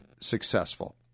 successful